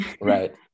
Right